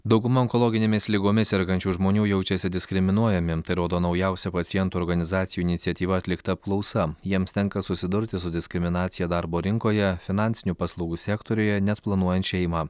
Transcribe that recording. dauguma onkologinėmis ligomis sergančių žmonių jaučiasi diskriminuojami tai rodo naujausia pacientų organizacijų iniciatyva atlikta apklausa jiems tenka susidurti su diskriminacija darbo rinkoje finansinių paslaugų sektoriuje net planuojant šeimą